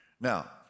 Now